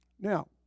Now